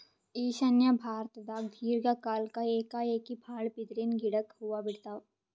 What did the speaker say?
ಈಶಾನ್ಯ ಭಾರತ್ದಾಗ್ ದೀರ್ಘ ಕಾಲ್ಕ್ ಏಕಾಏಕಿ ಭಾಳ್ ಬಿದಿರಿನ್ ಗಿಡಕ್ ಹೂವಾ ಬಿಡ್ತಾವ್